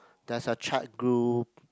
there's a chat group